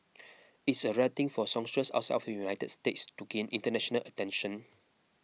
it's a rare thing for a songstress outside of the United States to gain international attention